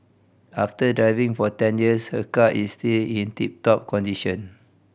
after driving for ten years her car is still in tip top condition